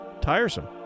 tiresome